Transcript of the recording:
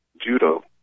judo